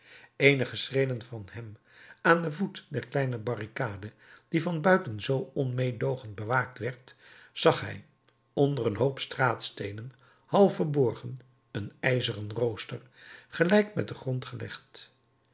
eenige schreden van hem aan den voet der kleine barricade die van buiten zoo onmeedoogend bewaakt werd zag hij onder een hoop straatsteenen half verborgen een ijzeren rooster gelijk met den grond gelegd